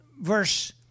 verse